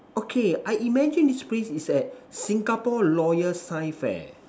okay I imagine this place is at Singapore lawyer science fair